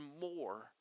more